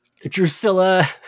Drusilla